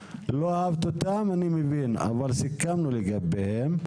טוב, אבל סיכמנו לגביהם,